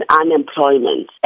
unemployment